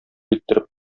иттереп